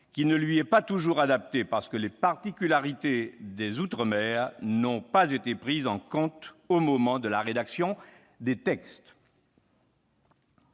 qui ne lui est pas toujours adapté, quand les particularités des outre-mer n'ont pas été prises en compte au moment de la rédaction d'un texte.